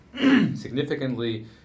significantly